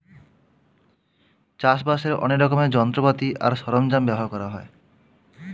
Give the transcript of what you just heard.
চাষবাসের অনেক রকমের যন্ত্রপাতি আর সরঞ্জাম ব্যবহার করা হয়